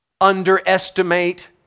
underestimate